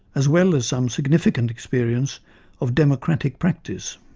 as well as some significant experience of democratic practice.